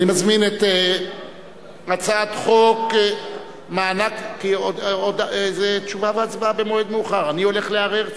הצעת חוק מענק יובל לעובדי הוראה,